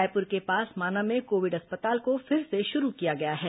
रायपुर के पास माना में कोविड अस्पताल को फिर से शुरू किया गया है